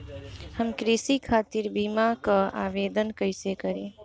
हम कृषि खातिर बीमा क आवेदन कइसे करि?